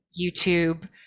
YouTube